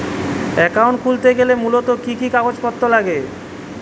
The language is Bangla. অ্যাকাউন্ট খুলতে গেলে মূলত কি কি কাগজপত্র লাগে?